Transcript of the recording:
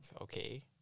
okay